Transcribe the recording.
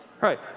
Right